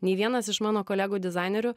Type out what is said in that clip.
nei vienas iš mano kolegų dizainerių